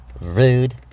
Rude